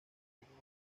ritmos